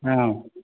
आम्